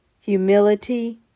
humility